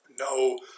No